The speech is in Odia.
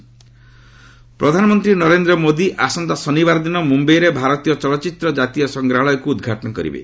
ପିଏମ୍ ମୁମ୍ବାଇ ପ୍ରଧାନମନ୍ତ୍ରୀ ନରେନ୍ଦ୍ର ମୋଦି ଆସନ୍ତା ଶନିବାର ଦିନ ମୁମ୍ୟାଇରେ ଭାରତୀୟ ଚଳଚିତ୍ର କାତୀୟ ସଂଗ୍ରହାଳୟକୁ ଉଦ୍ଘାଟନ କରିବେ